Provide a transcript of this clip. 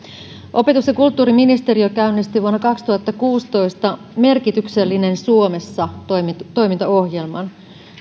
opetus ja kulttuuriministeriö käynnisti vuonna kaksituhattakuusitoista merkityksellinen suomessa toimintaohjelman